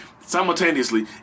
simultaneously